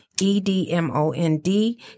E-D-M-O-N-D